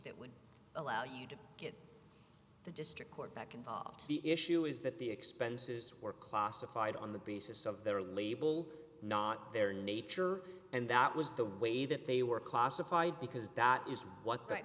that would allow you to get the district court back involved the issue is that the expenses were classified on the basis of their label not their nature and that was the way that they were classified because dot is